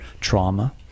trauma